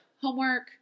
homework